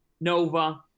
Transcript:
Nova